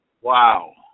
Wow